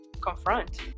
confront